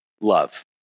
Love